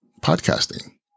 podcasting